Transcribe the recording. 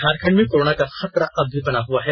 झारखंड में कोरोना का खतरा अब भी बना हुआ है